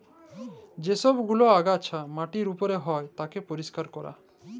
যে সব গুলা আগাছা মাটির উপর হচ্যে তাকে পরিষ্কার ক্যরা